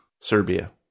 Serbia